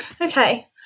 Okay